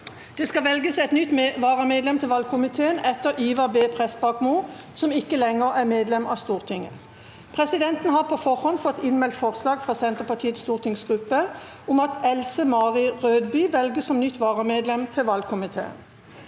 Det skal velges et nytt vara- medlem til valgkomiteen etter Ivar B. Prestbakmo, som ikke lenger er medlem av Stortinget. Presidenten har på forhånd fått innmeldt forslag fra Senterpartiets stortingsgruppe om at Else Marie Rødby velges som nytt varamedlem til valgkomiteen.